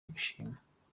gushimwa